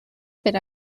per